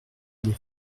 des